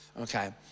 okay